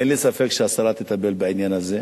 אין לי ספק שהשרה תטפל בעניין הזה.